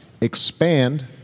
expand